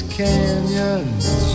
canyons